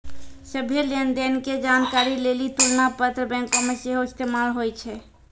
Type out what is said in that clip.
सभ्भे लेन देन के जानकारी लेली तुलना पत्र बैंको मे सेहो इस्तेमाल होय छै